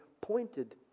pointed